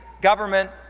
government,